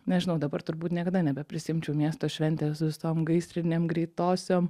nežinau dabar turbūt niekada nebeprisiimčiau miesto šventės su visom gaisrinėm greitosiom